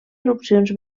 erupcions